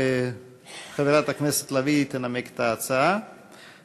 חברת הכנסת לביא תנמק את ההצעה,